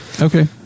Okay